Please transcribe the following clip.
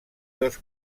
dos